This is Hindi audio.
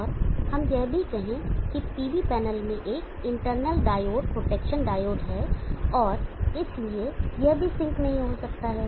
और हम यह भी कहें कि PV पैनल में एक इंटरनल डायोड प्रोटेक्शन डायोड है और इसलिए यह भी सिंक नहीं हो सकता है